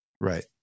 Right